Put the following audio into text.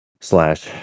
slash